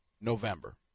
November